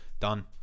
Done